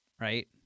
right